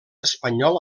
espanyol